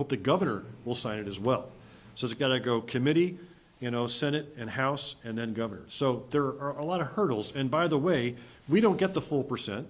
hope the governor will sign it as well so it's got to go committee you know senate and house and then governor so there are a lot of hurdles and by the way we don't get the full percent